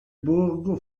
borgo